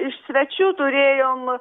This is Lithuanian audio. iš svečių turėjom